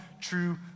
true